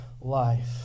life